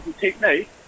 technique